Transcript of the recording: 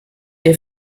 der